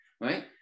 right